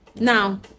now